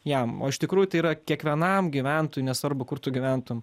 jam o iš tikrųjų tai yra kiekvienam gyventojui nesvarbu kur tu gyventum